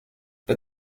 but